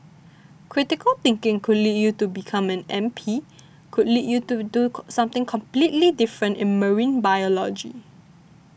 critical thinking could lead you to become an M P could lead you to do something completely different in marine biology